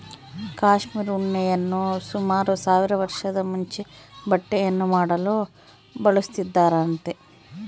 cashmere ಉಣ್ಣೆಯನ್ನು ಸುಮಾರು ಸಾವಿರ ವರ್ಷದ ಮುಂಚೆ ಬಟ್ಟೆಯನ್ನು ಮಾಡಲು ಬಳಸುತ್ತಿದ್ದರಂತೆ